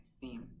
theme